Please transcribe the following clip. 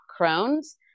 Crohn's